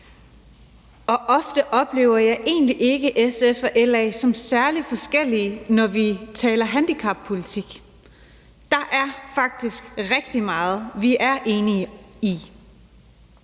Ofte oplever jeg egentlig ikke SF og LA som særlig forskellige, når vi taler handicappolitik. Der er faktisk rigtig meget, vi er enige om.